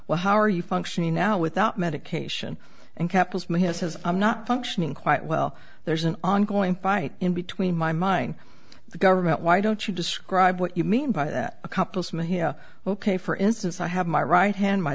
well how are you functioning now without medication and kept us from his his i'm not functioning quite well there's an ongoing fight in between my mind the government why don't you describe what you mean by that accomplishment here ok for instance i have my right hand my